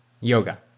yoga